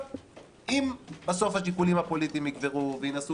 אם בסוף השיקולים הפוליטיים יגברו וינסו